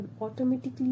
automatically